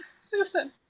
Susan